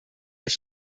ich